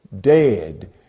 dead